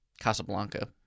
Casablanca